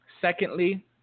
Secondly